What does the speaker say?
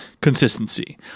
consistency